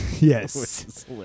Yes